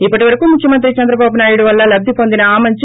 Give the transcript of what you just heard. ఇప్పటి వరకు ముఖ్యమంత్రి చంద్రబాబు నాయుడు వల్ల లబ్లిపొందిన ఆమంచి